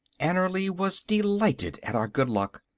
annerly was delighted at our good luck.